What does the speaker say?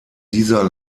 dieser